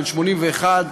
בן 81,